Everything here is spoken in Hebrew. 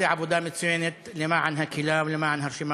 הם ראויים לכל ברכה,